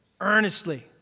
earnestly